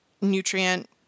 nutrient